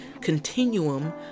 continuum